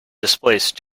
displaced